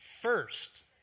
first